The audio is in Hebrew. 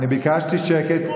אני ביקשתי שקט.